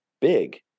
big